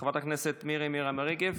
חברת הכנסת מירי מרים רגב,